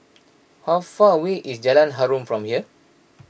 how far away is Jalan Harum from here